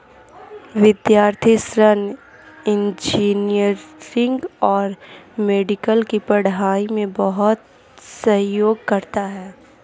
विद्यार्थी ऋण इंजीनियरिंग और मेडिकल की पढ़ाई में बहुत सहयोग करता है